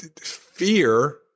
fear